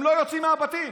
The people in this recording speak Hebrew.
הם לא יוצאים מהבתים,